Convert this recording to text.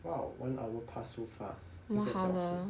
!wow! one hour pass so fast 一个小时